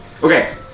Okay